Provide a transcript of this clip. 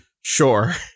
Sure